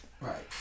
Right